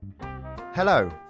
Hello